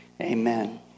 amen